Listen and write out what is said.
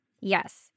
Yes